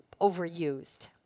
overused